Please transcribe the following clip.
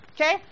okay